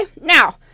Now